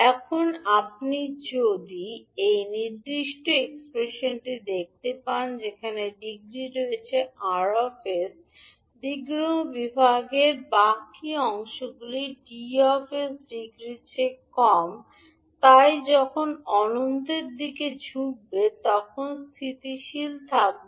এখন আপনি যদি এই নির্দিষ্ট এক্সপ্রেশনটি দেখতে পান যেখানে ডিগ্রি রয়েছে R 𝑠 দীর্ঘ বিভাগের বাকী অংশগুলি 𝐷 𝑠 ডিগ্রির চেয়ে কম তাই যখন অনন্তের দিকে ঝুঁকবে তখন এটি স্থিতিশীল থাকবে